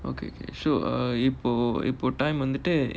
okay okay sure uh இப்போ இப்போ:ippo ippo time வந்துட்டு:vanthuttu